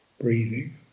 breathing